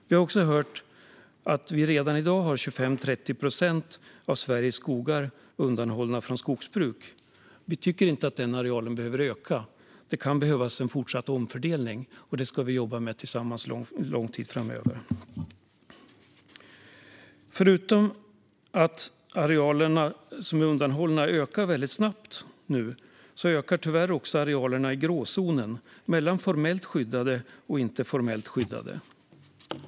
Vi har också hört att 25-30 procent av Sveriges skogar redan i dag är undanhållna från skogsbruk. Vi tycker inte att den arealen behöver öka. Det kan behövas en fortsatt omfördelning, och detta ska vi jobba med tillsammans under lång tid framöver. Förutom att de arealer som är undanhållna ökar väldigt snabbt nu ökar tyvärr också arealerna i gråzonen mellan formellt skyddade och icke formellt skyddade.